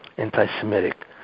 anti-Semitic